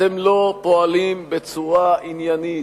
אתם לא פועלים בצורה עניינית,